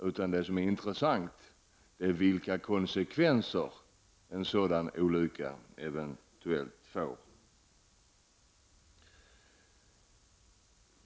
Vad som är intressant är vilka konsekvenser en sådan olycka eventuellt får.